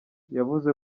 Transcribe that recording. yavuze